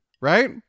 right